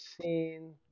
seen